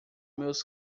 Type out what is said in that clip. meus